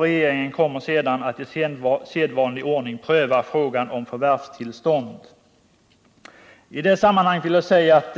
Regeringen kommer sedan i sedvanlig ordning att pröva frågan om förvärvstillstånd. I det sammanhanget vill jag säga att